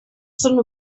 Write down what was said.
són